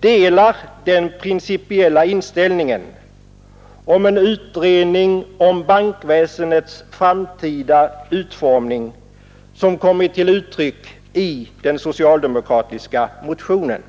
delar den principiella inställning till en utredning om bankväsendets framtida utformning som kommit till uttryck i den socialdemokratiska motionen?